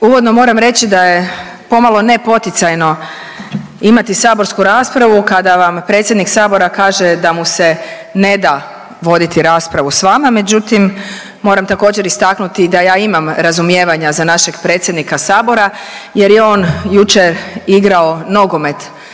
Uvodno moram reći da je pomalo nepoticajno imati saborsku raspravu kada vam predsjednik Sabora kaže da mu se ne da voditi raspravu sa vama. Međutim, moram također istaknuti da ja imam razumijevanja za našeg predsjednika Sabora, jer je on jučer igrao nogomet